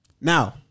Now